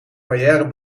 barrière